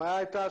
הבעיה הייתה